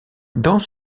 dans